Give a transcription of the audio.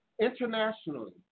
internationally